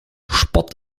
sport